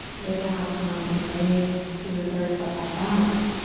way to have fun and way to throw yourself off balance.